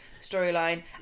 storyline